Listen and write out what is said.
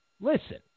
Listen